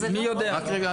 מי יודע?